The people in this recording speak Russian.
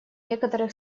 некоторых